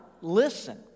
listen